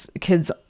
kids